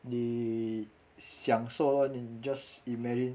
你享受 lor 你 just imagine